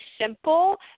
simple